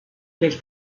del